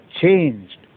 changed